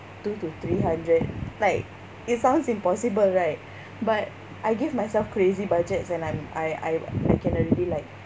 two to three hundred like it sounds impossible right but I give myself crazy budgets and I'm I I I can already like